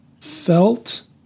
felt